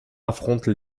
affronte